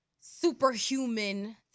superhuman